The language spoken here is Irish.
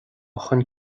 chun